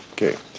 okay.